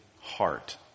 heart